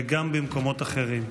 וגם במקומות אחרים.